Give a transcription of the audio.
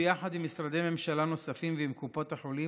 ביחד עם משרדי ממשלה נוספים ועם קופות החולים,